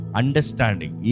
understanding